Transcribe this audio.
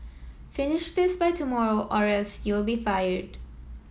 finish this by tomorrow or else you'll be fired